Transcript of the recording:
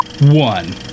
one